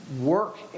work